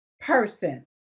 person